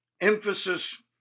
emphasis